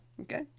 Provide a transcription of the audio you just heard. Okay